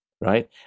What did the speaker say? right